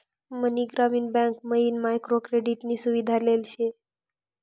मनी ग्रामीण बँक मयीन micro credit नी सुविधा लेल शे